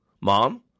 Mom